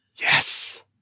Yes